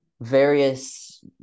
various